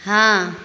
हाँ